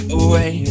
away